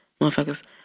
motherfuckers